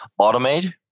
automate